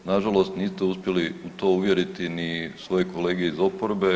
Na žalost niste uspjeli u to uvjeriti ni svoje kolege iz oporbe.